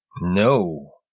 No